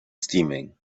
steaming